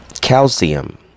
calcium